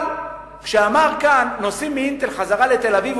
כשאמר כאן: נוסעים מ"אינטל" חזרה לתל-אביב,